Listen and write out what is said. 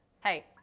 hey